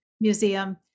Museum